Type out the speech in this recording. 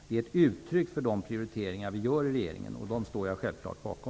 Det är ett uttryck för de prioriteringar som vi i regeringen gör, och dem står jag självklart bakom.